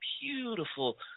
beautiful